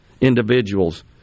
individuals